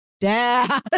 Dad